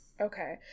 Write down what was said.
Okay